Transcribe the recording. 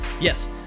yes